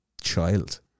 child